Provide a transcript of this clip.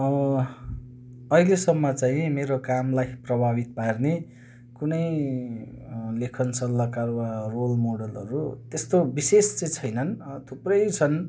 अहिलेसम्म चाहिँ मेरो कामलाई प्रभावित पार्ने कुनै लेखन सल्लाहकार वा रोल मोडलहरू त्यस्तो विशेष चाहिँ छैनन् अँ थुप्रै छन्